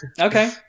Okay